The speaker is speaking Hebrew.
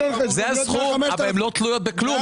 הסכום אבל הן לא תלויות בכלום.